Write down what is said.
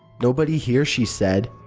nobody here, she said,